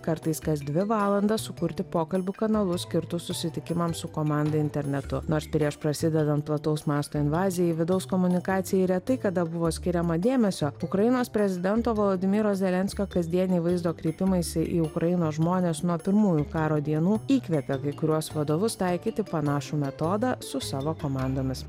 kartais kas dvi valandas sukurti pokalbių kanalus skirtus susitikimams su komanda internetu nors prieš prasidedant plataus masto invazijai vidaus komunikacijai retai kada buvo skiriama dėmesio ukrainos prezidento vladimiro zelenskio kasdieniai vaizdo kreipimaisi į ukrainos žmones nuo pirmųjų karo dienų įkvėpė kai kuriuos vadovus taikyti panašų metodą su savo komandomis